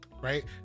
right